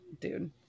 dude